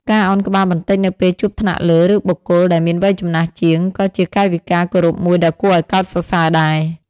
ការឱនក្បាលបន្តិចនៅពេលជួបថ្នាក់លើ ឬបុគ្គលដែលមានវ័យចំណាស់ជាង ក៏ជាកាយវិការគោរពមួយដ៏គួរឲ្យកោតសរសើរដែរ។